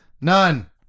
None